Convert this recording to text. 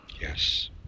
Yes